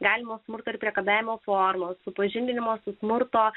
galimo smurto ir priekabiavimo formos supažindinimas su smurto